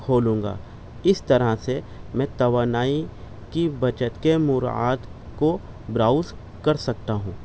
کھولوں گا اس طرح سے میں توانائی کی بچت کے مراعات کو براؤز کر سکتا ہوں